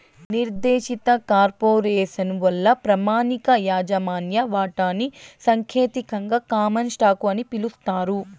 నిర్దేశిత కార్పొరేసను వల్ల ప్రామాణిక యాజమాన్య వాటాని సాంకేతికంగా కామన్ స్టాకు అని పిలుస్తారు